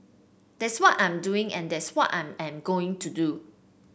that's what I'm doing and that's what I am going to do